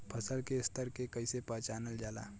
फसल के स्तर के कइसी पहचानल जाला